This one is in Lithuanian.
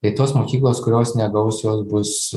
tai tos mokyklos kurios negaus jos bus